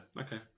okay